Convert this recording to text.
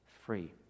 free